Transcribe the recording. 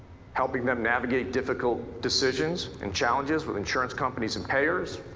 helping them navigate difficult decisions and challenges with insurance companies and payers.